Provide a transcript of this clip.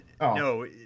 No